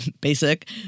basic